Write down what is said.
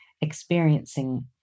experiencing